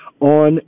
on